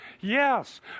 Yes